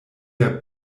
der